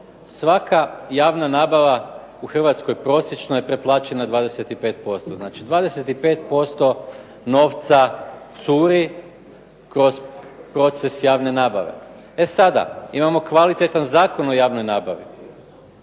svaka javna nabava u Hrvatskoj prosječno je preplaćena 25%. Znači 25% novca curi kroz proces javne nabave. E sada, imamo kvalitetan Zakon o javnoj nabavi.